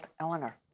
Eleanor